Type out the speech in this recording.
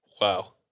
Wow